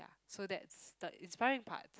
so that's the inspiring part